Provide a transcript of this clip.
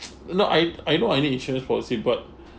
no I I know I need insurance policy but